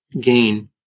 gain